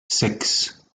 six